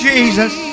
Jesus